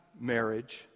marriage